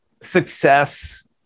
success